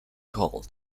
called